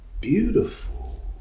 beautiful